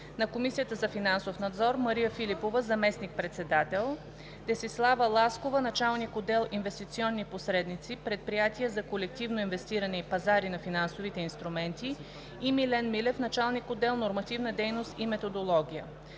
на Комисията за финансов надзор: Мария Филипова – заместник-председател, Десислава Ласкова – началник отдел „Инвестиционни посредници, предприятия за колективно инвестиране и пазари на финансови инструменти“, и Милен Милев – началник отдел „Нормативна дейност и методология“;